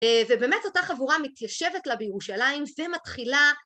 ובאמת אותה חבורה מתיישבת לה בירושלים ומתחילה